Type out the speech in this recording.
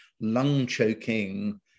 lung-choking